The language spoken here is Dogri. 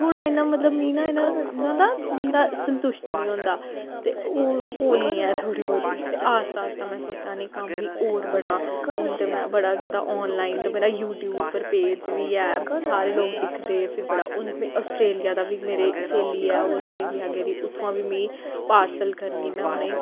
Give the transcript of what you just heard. थोह्ड़ा इ'यां मतलब मिगी ना इ'यां ना होंदा बंदा संतुश्ट निं होंदा ते ओह् ओह् निं ऐ थोह्ड़ी बोह्ती ते आस्ता आस्ता में सोचा नी कम्म मीं होर बड़ां हून ते में बड़ा जादा आनलाइन ते मेरा यूट्यूब उप्पर पेज बी ऐ सारे लोक दिखदे फिर बड़ा हून में आस्ट्रेलिया दा बी मेरी स्हेली ऐ ओह् आस्ट्रेलिया गेदी उत्थुआं बी मीं पार्सल करनी में उ'नेंगी